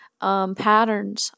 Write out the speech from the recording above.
patterns